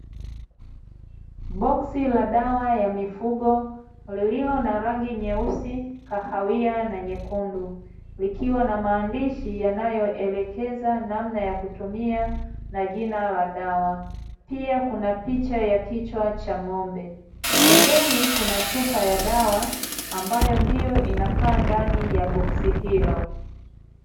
Boksi la dawa ya mifugo, lililo na rangi nyeusi, kahawia na nyekundu, likiwa na maandishi yanayoelekeza namna ya kutumia na jina la dawa. Pia kuna picha ya kichwa ng'ombe. Pembeni kuna chupa ya dawa, ambayo ndio inakaa ndani ya boksi hilo.